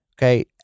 Okay